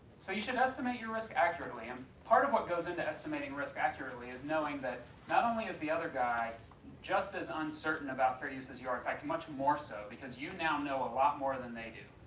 so you should estimate your risk accurately. and part of what goes into estimating your risk accurately is knowing that not only is the other guy just as uncertain about fair use as you are, in fact much more so because you now know a lot more than they do,